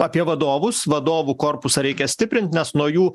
apie vadovus vadovų korpusą reikia stiprint nes nuo jų